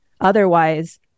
Otherwise